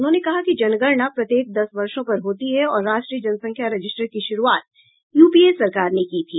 उन्होंने कहा कि जनगणना प्रत्येक दस वर्षो पर होती है और राष्ट्रीय जनसंख्या रजिस्टर की शुरूआत यूपीए सरकार ने की थी